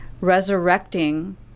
Resurrecting